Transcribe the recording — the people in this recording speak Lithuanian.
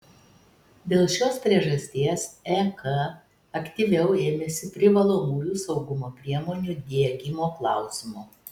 dėl šios priežasties ek aktyviau ėmėsi privalomųjų saugumo priemonių diegimo klausimo